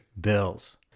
bills